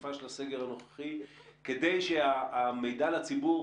התקופה של הסגר הנוכחי כדי שהמידע לציבור,